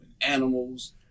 animals